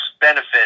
benefit